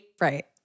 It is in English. Right